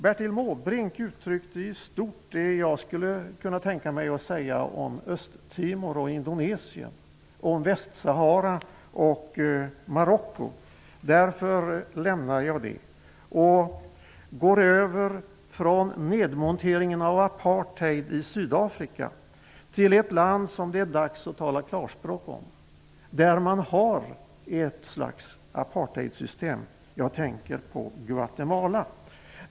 Bertil Måbrink uttryckte i stort det jag skulle kunna tänka mig att säga om Östtimor och Indonesien, om Västsahara och Marocko. Jag lämnar därför det och går över från nedmonteringen av apartheid i Sydafrika till ett land som det är dags att tala klarspråk om, ett land där man har ett slags apartheidsystem. Jag tänker på Guatemala.